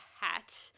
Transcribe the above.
Hat